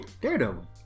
Daredevil